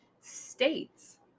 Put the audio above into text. states